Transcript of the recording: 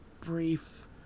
brief